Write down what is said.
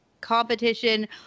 competition